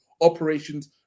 operations